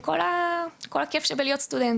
עם זאת עם כל הכייף שיש בלהיות סטודנט.